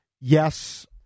Yes